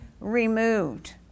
removed